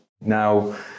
Now